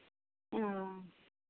हँ